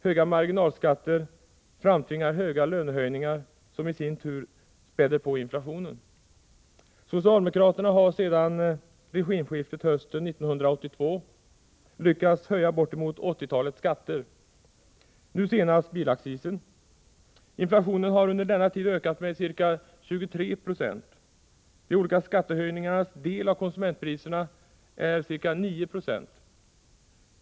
Höga marginalskatter framtvingar höga lönehöjningar, vilket i sin tur späder på inflationen. Socialdemokraterna har sedan regimskiftet hösten 1982 lyckats höja bortemot åttiotalet skatter — nu senast bilaccisen. Inflationen har under denna tid ökat med ca 23 20. De olika skattehöjningarnas del av konsumentpriserna är ca 9 70.